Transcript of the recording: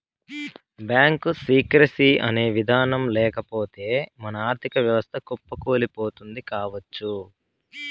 bank secrecy అనే ఇదానం లేకపోతె మన ఆర్ధిక వ్యవస్థ కుప్పకూలిపోతుంది కావచ్చు